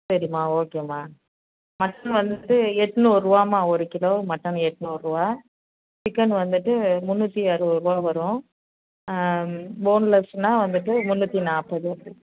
சரிமா ஓகேம்மா மட்டன் வந்து எட்நூறுரூவாம்மா ஒரு கிலோ மட்டன் எட்நூறுரூவா சிக்கன் வந்துவிட்டு முந்நூற்றி அறுபதுருவா வரும் போன்லெஸ்னா வந்துவிட்டு முந்நூற்றி நாற்பது